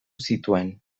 zituen